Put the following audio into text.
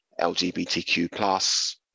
LGBTQ+